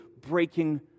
breaking